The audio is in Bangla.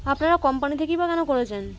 আপনারা কোম্পানি থেকেই বা কেন করেছেন